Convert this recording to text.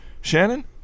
Shannon